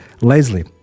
Leslie